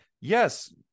Yes